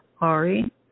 Ari